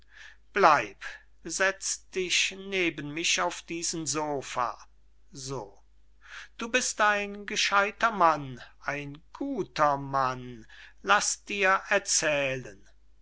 bleib sez dich neben mich auf diesen sopha so du bist ein gescheuter mann ein guter mann laß dir erzählen